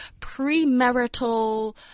premarital